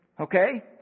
Okay